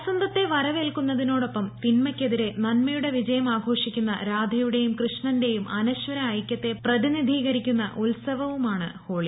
വസന്തത്തെ വരവേൽക്കുന്നതിനോട്ടൊപ്പം തിന്മയ്ക്കെതിരെ നന്മയുടെ വിജയം ആഘോഷിക്കുന്ന കൃഷ്ണന്റെയും അനശ്വര ഐക്യുള്ത്ത് പ്രതിനിധീകരിക്കുന്ന ഉത്സവവുമാണ് ഹോളി